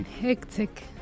Hectic